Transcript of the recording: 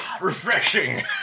refreshing